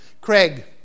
Craig